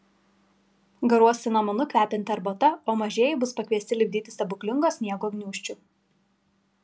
garuos cinamonu kvepianti arbata o mažieji bus pakviesti lipdyti stebuklingo sniego gniūžčių